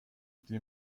die